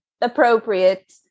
appropriate